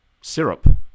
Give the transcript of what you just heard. syrup